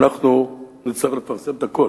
אנחנו נצטרך לפרסם את הכול.